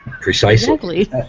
Precisely